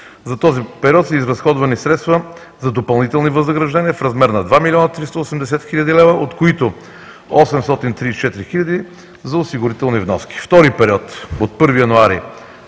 За този период са изразходвани средства за допълнителни възнаграждания в размер на 2 млн. 380 хил. лв., от които 834 хиляди за осигурителни вноски. Втори период – от 1 октомври